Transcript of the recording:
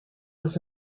was